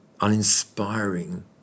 uninspiring